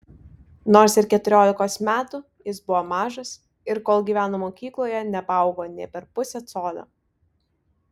nors ir keturiolikos metų jis buvo mažas ir kol gyveno mokykloje nepaaugo nė per pusę colio